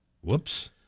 Whoops